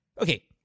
okay